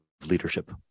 leadership